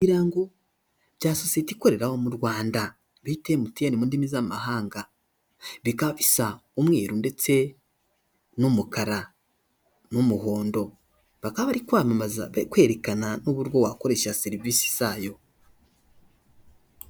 Ibirango bya sosiyete ikorera mu Rwanda bita MTN mu ndimi z'amahanga, bikaba bisa umweru ndetse n'umukara n'umuhondo, bakaba bari kwamamaza bari kwerekana n'uburyo wakoresha serivisi zayo.